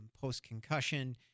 post-concussion